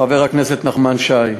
חבר הכנסת נחמן שי,